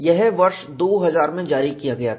यह वर्ष 2000 में जारी किया गया था